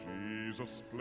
Jesus